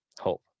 hope